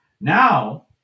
now